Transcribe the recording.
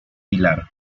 pilar